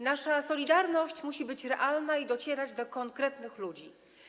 Nasza solidarność musi być realna i docierać do konkretnych ludzi.